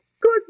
Good